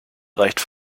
reicht